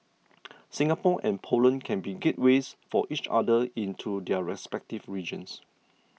Singapore and Poland can be gateways for each other into their respective regions